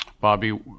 Bobby